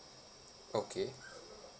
okay